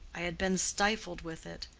i had been stifled with it.